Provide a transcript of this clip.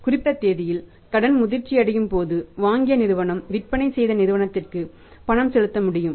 குறிப்பிட்ட தேதியில் கடன் முதிர்ச்சியடையும் போது வாங்கிய நிறுவனம் விற்பனை செய்த நிறுவனத்திற்கு பணம் செலுத்த முடியும்